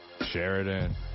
Sheridan